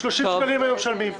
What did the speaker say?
30 שקלים היו משלמים.